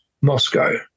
Moscow